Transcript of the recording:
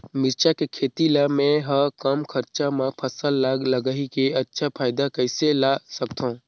मिरचा के खेती ला मै ह कम खरचा मा फसल ला लगई के अच्छा फायदा कइसे ला सकथव?